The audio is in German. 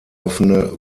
offene